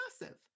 massive